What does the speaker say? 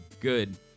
good